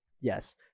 yes